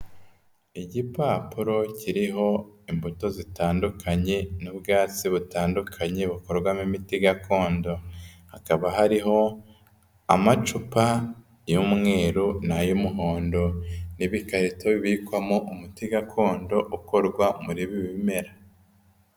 Igipapuro kiriho imbuto zitandukanye n'ubwatsi butandukanye bukorwamo imiti gakondo, hakaba hariho amacupa y'umweru n'ay'umuhondo, n'ibikarito bibikwamo umuti gakondo ukorwa mu ibi bimera.